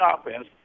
offense